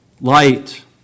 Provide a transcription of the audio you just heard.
light